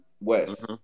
West